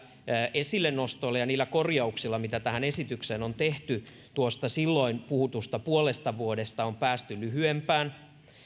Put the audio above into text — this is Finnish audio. esillenostoilla ja niillä korjauksilla mitä tähän esitykseen on tehty tuosta silloin puhutusta puolesta vuodesta on päästy lyhyempään